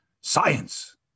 Science